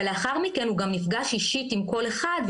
ולאחר מכן הוא גם נפגש אישית עם כל אחד,